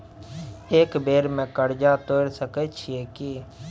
एक बेर में कर्जा तोर सके छियै की?